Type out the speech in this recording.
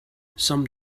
some